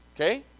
Okay